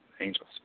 angels